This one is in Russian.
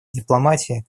дипломатии